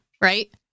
right